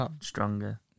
Stronger